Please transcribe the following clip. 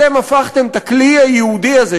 אתם הפכתם את הכלי הייעודי הזה,